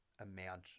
amount